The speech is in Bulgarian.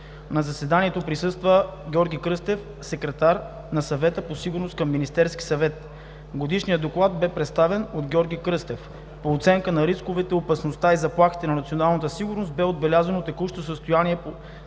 На заседанието присъства Георги Кръстев – секретар на Съвета по сигурност към Министерския съвет. Годишният доклад бе представен от Георги Кръстев. По оценката на рисковете, опасността и заплахите за националната сигурност бе отбелязано текущото състояние на